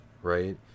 Right